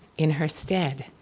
in her stead.